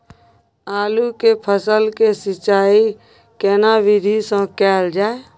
आलू के फसल के सिंचाई केना विधी स कैल जाए?